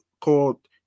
called